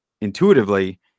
intuitively